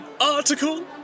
article